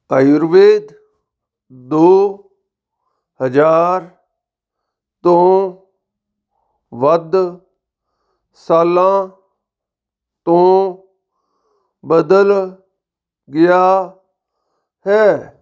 ਆਯੁਰਵੇਦ ਦੋ ਹਜ਼ਾਰ ਤੋਂ ਵੱਧ ਸਾਲਾਂ ਤੋਂ ਬਦਲ ਗਿਆ ਹੈ